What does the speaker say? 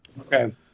okay